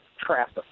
traffic